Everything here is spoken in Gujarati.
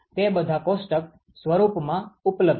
તે બધા કોષ્ટક સ્વરૂપમાં ઉપલબ્ધ છે